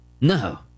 No